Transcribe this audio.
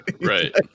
Right